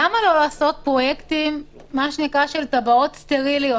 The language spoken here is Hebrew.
למה לא לעשות פרויקטים של טבעות סטריליות?